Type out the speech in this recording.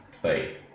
play